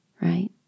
right